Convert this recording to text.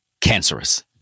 cancerous